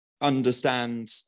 understand